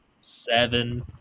seven